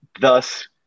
thus